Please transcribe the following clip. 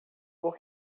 por